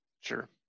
Sure